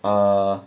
err